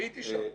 הייתי שם.